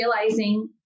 realizing